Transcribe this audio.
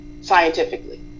Scientifically